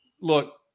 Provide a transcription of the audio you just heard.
look